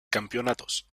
campeonatos